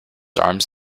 arms